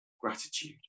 gratitude